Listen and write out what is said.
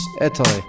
Italy